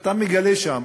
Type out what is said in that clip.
ואתה מגלה שם